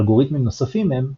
אלגוריתמים נוספים הם 3DES,